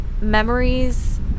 memories